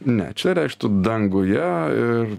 ne čia reikštų danguje ir